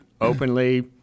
openly